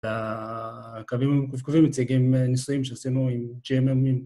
הקווים המקווקווים מציגים ניסויים שעשינו עם GMM'ים.